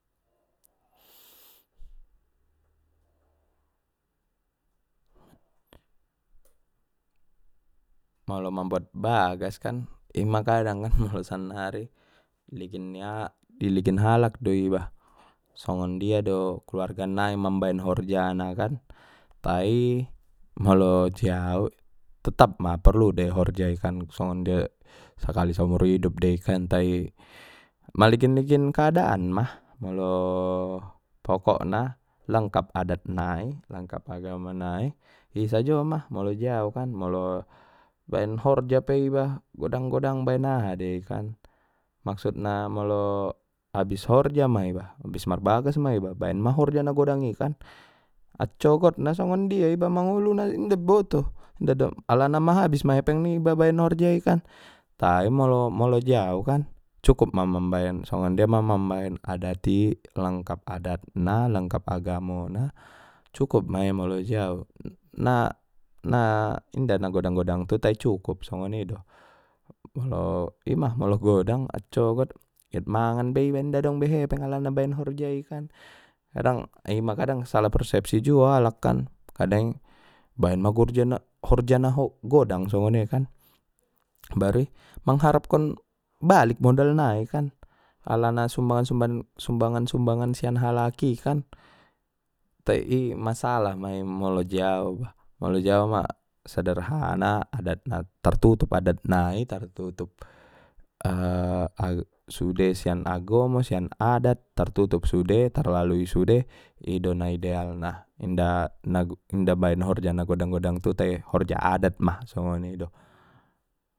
Molo mambuat bagas kan ima kadang kan molo sannari ligin ia iligin halak do iba songon dia do kaluarga nai mambaen horja na kan tai molo jau totap ma porlu dei horjai kan songon sakali sa umur hidup dei kan tai maligin ligin keadaan ma molo pokokna lengkap adat nai lengkap agama nai i sajo ma molo jau kan molo baen horja pe iba pe godang godang baen aha dei kan maksudna molo abis horja ma iba habis marbagas ma iba baen ma horja na godang i kan accogot na songon dia iba mangoluna inda boto alana ma habis ma epeng niba baen horjai kan tai molo jau kan cukup ma songon dia ma mambaen adat i langkap adat na lengkap agamona cukup ma i molo jau na-na inda na godang godang tu tai cukup songoni do molo ima molo godang accogot get mangan pe iba inda dong be hepeng alana baen horja i kan kadang ima kadang sala persepsi juo alak kan kadang baen ma horja na godang songoni kan baru i mangharapkon balik modal nai kan alana sumbangan sumban-sumbangan sumbangan sian halak i kan tai ima masalah mai molo jau molo jau ma sederha adatna tartutup adatna i tartutup sude sian agomo sian adat tar tutup sude tar lalui sude ido na ideal na inda na inda baen horja na godang godang tu tai horja adat ma songonido.